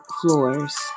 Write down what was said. floors